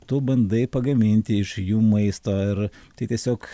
tu bandai pagaminti iš jų maisto ir tai tiesiog